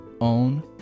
Own